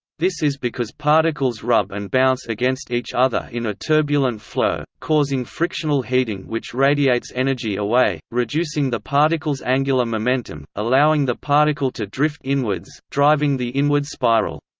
this is because particles rub and bounce against each other in a turbulent flow, causing frictional heating which radiates energy away, reducing the particles' angular momentum, allowing the particle to drift inwards, driving the inward spiral.